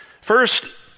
First